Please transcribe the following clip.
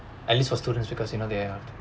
at least for students because you know they are